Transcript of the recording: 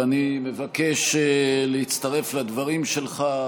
ואני מבקש להצטרף לדברים שלך.